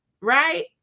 right